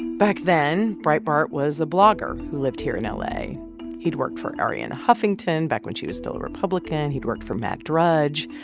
back then, breitbart was a blogger who lived here in ah la. he'd worked for arianna huffington back when she was still a republican. he'd worked for matt drudge.